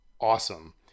awesome